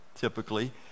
typically